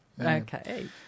Okay